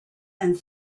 and